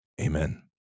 Amen